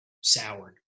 soured